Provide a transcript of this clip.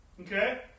Okay